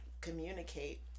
communicate